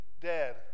dead